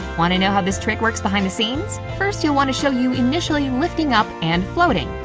want to know how this trick works behind the scenes? first, you'll want to show you initially lifting up and floating.